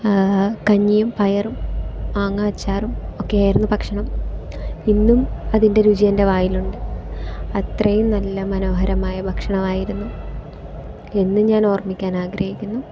കഞ്ഞിയും പയറും മാങ്ങാ അച്ചാറും ഒക്കെയായിരുന്നു ഭക്ഷണം ഇന്നും അതിൻ്റെ രുചി എൻ്റെ വായിലുണ്ട് അത്രയും നല്ല മനോഹരമായ ഭക്ഷണമായിരുന്നു എന്നും ഞാൻ ഓർമ്മിക്കാൻ ആഗ്രഹിക്കുന്നു